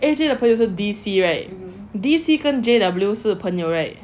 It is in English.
A_J 的朋友是 D_C right D_C 跟 J_W 是朋友 right